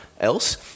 else